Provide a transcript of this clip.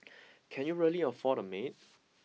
can you really afford a maid